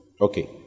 Okay